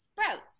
sprouts